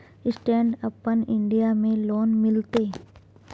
Stand अपन India में loan मिलते?